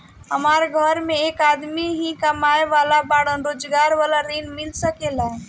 हमरा घर में एक आदमी ही कमाए वाला बाड़न रोजगार वाला ऋण मिल सके ला?